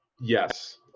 Yes